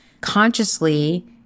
consciously